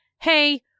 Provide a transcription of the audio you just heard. hey